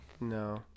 no